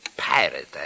pirate